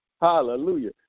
Hallelujah